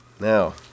Now